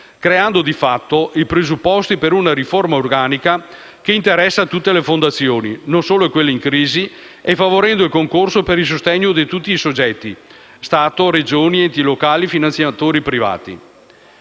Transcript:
creando di fatto i presupposti per una riforma organica che interessa tutte le fondazioni, non solo quelle in crisi, e favorendo il concorso per il sostegno di tutti i soggetti (Stato, Regioni, enti locali e finanziatori privati).